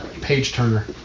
page-turner